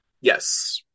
Yes